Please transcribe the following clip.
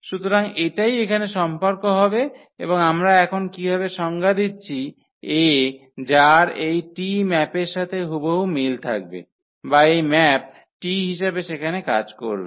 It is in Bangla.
সুতরাং এটাই এখানে সম্পর্ক হবে এবং আমরা এখন কীভাবে সংজ্ঞা দিচ্ছি 𝐴 যার এই 𝑇 ম্যাপের সাথে হুবহু মিল থাকবে বা এই ম্যাপ T হিসাবে সেখানে কাজ করবে